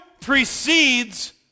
precedes